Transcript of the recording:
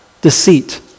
deceit